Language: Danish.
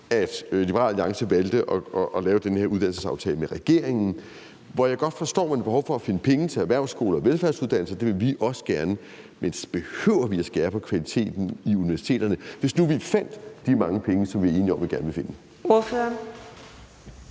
at Liberal Alliance ligesom SF valgte at lave den her uddannelsesaftale med regeringen, hvor jeg godt forstår, at man har behov for at finde penge til erhvervsskoler og velfærdsuddannelser – det vil vi også gerne – men behøver vi at skære i kvaliteten på universiteterne, hvis nu vi fandt de mange penge, som vi er enige om vi gerne vil finde? Kl.